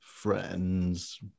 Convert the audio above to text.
friends